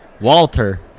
Walter